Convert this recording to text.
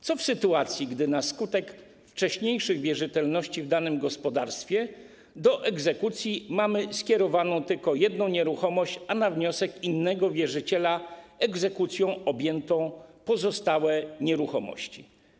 Co w sytuacji gdy na skutek wcześniejszych wierzytelności w danym gospodarstwie mamy egzekucję skierowaną tylko do jednej nieruchomości, a na wniosek innego wierzyciela egzekucją objęto pozostałe nieruchomości?